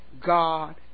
God